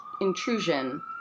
intrusion